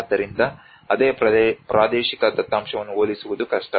ಆದ್ದರಿಂದ ಅದೇ ಪ್ರಾದೇಶಿಕ ದತ್ತಾಂಶವನ್ನು ಹೋಲಿಸುವುದು ಕಷ್ಟ